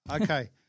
Okay